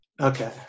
Okay